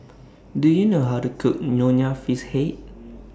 Do YOU know How to Cook Nonya Fish Head